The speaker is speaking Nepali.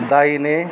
दाहिने